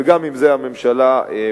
וגם עם זה הממשלה מתמודדת,